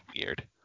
weird